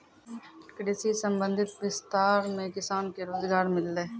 कृषि संबंधी विस्तार मे किसान के रोजगार मिल्लै